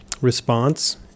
response